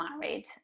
married